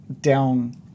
down